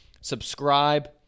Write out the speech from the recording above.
subscribe